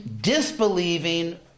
disbelieving